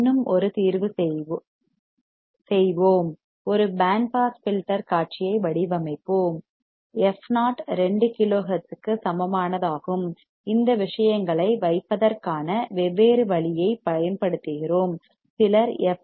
இன்னும் ஒரு தீர்வுசெய்வோம் ஒரு பேண்ட் பாஸ் ஃபில்டர் காட்சியை வடிவமைப்போம் fo 2 கிலோ ஹெர்ட்ஸுக்கு சமமானதாகும் இந்த விஷயங்களை வைப்பதற்கான வெவ்வேறு வழியைப் பயன்படுத்துகிறோம் சிலர் எஃப்